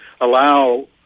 allow